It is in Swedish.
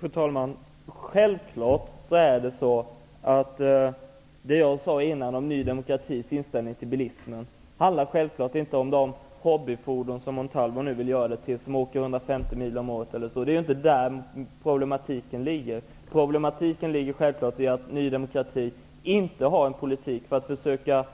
Fru talman! Självfallet handlar det som jag sade tidigare om Ny demokratis inställning till bilismen, inte om de hobbyfordon som Montalvo nu vill göra det till, vilka åker 150 mil om året. Det är inte där problematiken ligger. Problematiken ligger självfallet i att Ny demokrati inte har en politik för att försöka